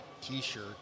T-shirt